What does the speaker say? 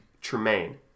Tremaine